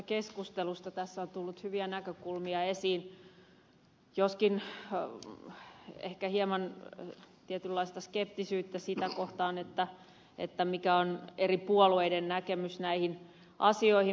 tässä on tullut hyviä näkökulmia esiin joskin ehkä hieman tietynlaista skeptisyyttä sitä kohtaan mikä on eri puolueiden näkemys näihin asioihin